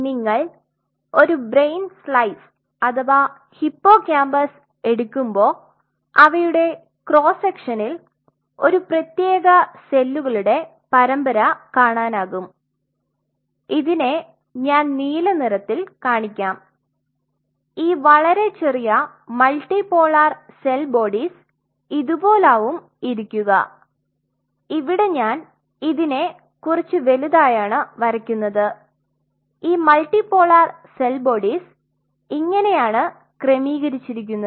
നിങ്ങൾ ഒരു brain slice അഥവാ ഹിപ്പോകാമ്പസ്സ് എടുക്കുമ്പോ അവയുടെ ക്രോസ്സെക്ഷനിൽ ഒരു പ്രേത്യേക സെല്ലുകളുടെ പരമ്പര കാണാനാകും ഇതിനെ ഞാൻ നീല നിറത്തിൽ കാണിക്കാം ഈ വളരെ ചെറിയ മൾട്ടിപോളാർ സെൽ ബോഡീസ് ഇതുപോലാവും ഇരിക്കുക ഇവിടെ ഞാൻ ഇതിനെ കുറച് വലുതായാണ് വരക്കുന്നത് ഈ മൾട്ടിപോളാർ സെൽ ബോഡീസ് ഇങ്ങനെയാണ് ക്രെമീകരിച്ചിരിക്കുന്നത്